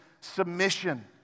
submission